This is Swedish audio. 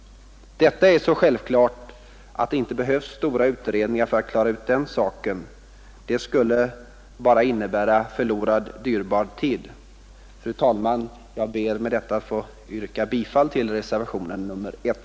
Detta är så självklart att det inte behövs stora utredningar för att klara ut den saken. Det skulle bara innebära förlorad, dyrbar tid. Fru talman! Jag ber med detta att få yrka bifall till reservationen A 1.